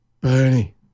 Bernie